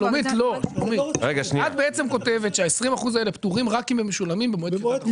את בעצם כותבת שה-20% האלה פטורים רק אם הם משולמים במועד כריתת החוזה.